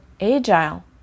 agile